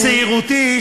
בצעירותי,